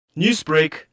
Newsbreak